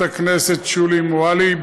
חברת הכנסת שולי מועלם-רפאלי,